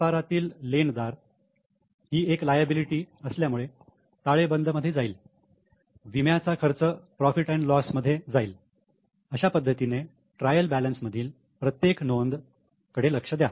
व्यापारातील लेन दार ही एक लायबिलिटी असल्यामुळे ताळेबंद मध्ये जाईल विम्याचा खर्च profit and loss profit loss मध्ये जाईल अशा पद्धतीने ट्रायल बॅलन्स मधील प्रत्येक नोंदी कडे लक्ष द्या